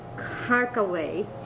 Harkaway